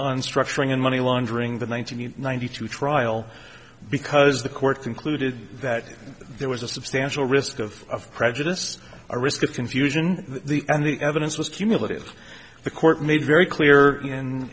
on structuring and money laundering the one nine hundred ninety two trial because the court concluded that there was a substantial risk of prejudice or risk of confusion the and the evidence was cumulative the court made very clear in